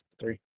three